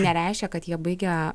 nereiškia kad jie baigę